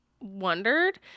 wondered